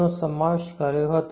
નો સમાવેશ કર્યો હતો